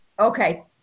Okay